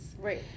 Right